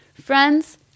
Friends